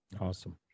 Awesome